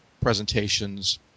presentations